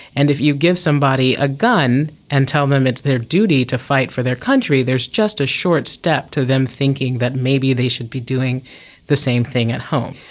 and if you give somebody a gun and tell them it's their duty to fight for their country, there's just a short step to them thinking that maybe they should be doing the same thing at home.